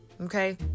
Okay